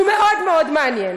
הוא מאוד מאוד מעניין.